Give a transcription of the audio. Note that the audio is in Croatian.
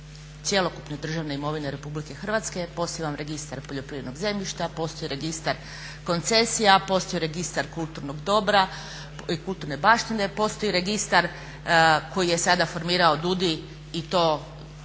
cjelokupne državne imovine Republike Hrvatske, postoji Registar poljoprivrednog zemljišta, postoji Registar koncesija, postoji Registar kulturnog dobra i kulturne baštine, postoji Registar koji je sada formirao DUUDI i to